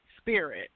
spirit